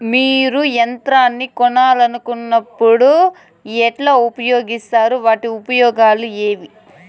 మీరు యంత్రాన్ని కొనాలన్నప్పుడు ఉన్నప్పుడు ఎట్లా ఉపయోగిస్తారు వాటి ఉపయోగాలు ఏవి?